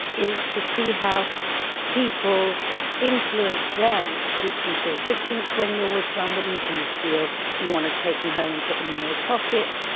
is to see how people influence them. did you feel distance when you're with somebody, do you feel you want to take them home and put them in your pocket,